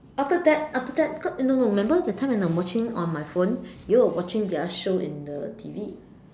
after that after that no no remember that time when I'm watching on my phone you all are watching the other show in the T_V